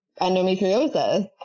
endometriosis